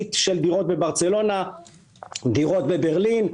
להיט של דירות בברצלונה ודירות בברלין.